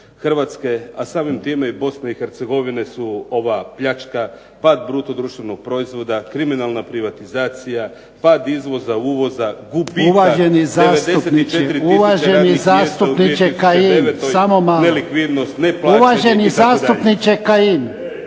Hrvatske, a samim time i Bosne i Hercegovine su ova pljačka, pad bruto društvenog proizvoda, kriminalna privatizacija, pad izvoza, uvoza, gubitka …/Ne razumije se. **Jarnjak, Ivan (HDZ)** Uvaženi zastupniče Kajin,